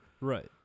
Right